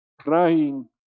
crying